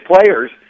players